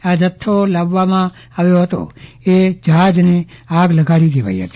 આ જથ્થ લાવવામાં આવ્યો હતો એ જહાજને આગ લગાડી દેવાઈ હતી